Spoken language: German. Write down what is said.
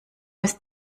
ist